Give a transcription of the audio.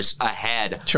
ahead